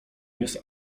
jest